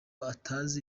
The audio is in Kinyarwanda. atazi